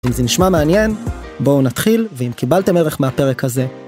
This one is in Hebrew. אם זה נשמע מעניין, בואו נתחיל, ואם קיבלתם ערך מהפרק הזה...